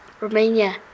Romania